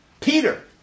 Peter